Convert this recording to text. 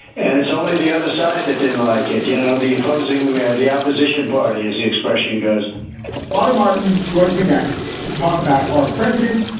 and it's only the other side that didn't like it. you know, the opposing the opposition party as the expression goes father martin joins me next to talk about our president,